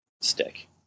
stick